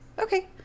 Okay